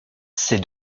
ses